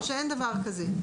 או שאין דבר כזה?